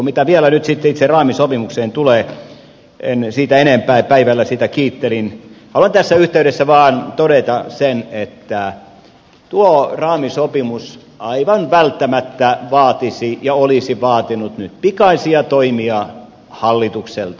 mitä vielä nyt itse raamisopimukseen tulee en siitä enempää päivällä sitä kiittelin mutta haluan tässä yhteydessä vaan todeta sen että tuo raamisopimus aivan välttämättä vaatisi ja olisi vaatinut nyt pikaisia toimia hallitukselta